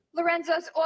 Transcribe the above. Lorenzo's